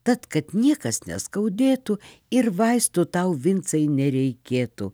tad kad niekas neskaudėtų ir vaistų tau vincai nereikėtų